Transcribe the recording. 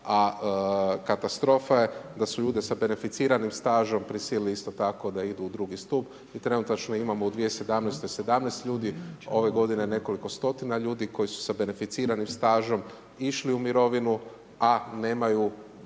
a katastrofa je, da su ljude sa beneficiranim stažom prisilili isto tako da idu u II. stup i trenutačno imamo u 2017. 17 ljudi, ove godine nekoliko stotina ljudi su sa beneficiranim stažom išli u mirovinu a nemaju